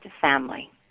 family